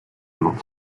not